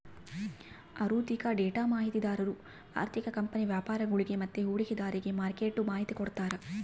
ಆಋಥಿಕ ಡೇಟಾ ಮಾಹಿತಿದಾರು ಆರ್ಥಿಕ ಕಂಪನಿ ವ್ಯಾಪರಿಗುಳ್ಗೆ ಮತ್ತೆ ಹೂಡಿಕೆದಾರ್ರಿಗೆ ಮಾರ್ಕೆಟ್ದು ಮಾಹಿತಿ ಕೊಡ್ತಾರ